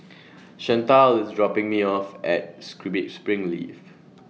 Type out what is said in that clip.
Chantal IS dropping Me off At Springleaf